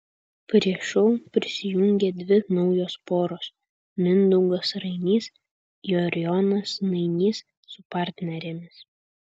prie šou prisijungė dvi naujos poros mindaugas rainys ir jonas nainys su partnerėmis